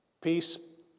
peace